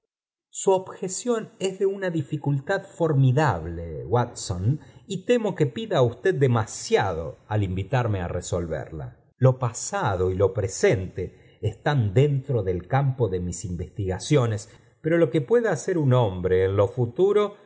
su objeción os do una dificultad formidable v atson y temo que pida usted demasiado al invi t arme á resolverla lo pasudo y lo presente es tan dentro del campo de mis investigaciones pero lo que pueda hacer un hombre mi lo futuro